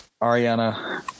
Ariana